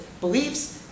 beliefs